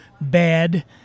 Bad